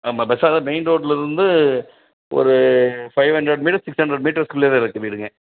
ஆமாம் bus stand தான் main ரோட்லேருந்து ஒரு five hundred metres six hundred மீட்டர்ஸ்க்குள்ளே தான் இருக்குது வீடுங்க